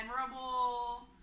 memorable